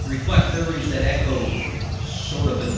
reflect theories that echo sort of ah